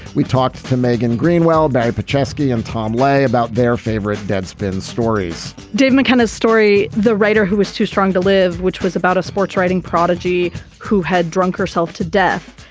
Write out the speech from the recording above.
we talked to megan greenwell barry chesky and tom lay about their favorite deadspin stories dave mckenna's story the writer who was too strong to live which was about a sports writing prodigy who had drunk herself to death.